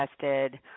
tested